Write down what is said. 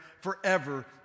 forever